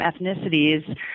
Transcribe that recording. ethnicities